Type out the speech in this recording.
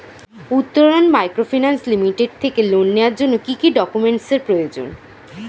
Uttaran microfinance limited থেকে loan নেওয়ার জন্য কি কি ডকুমেন্টস এর প্রয়োজন?